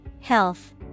Health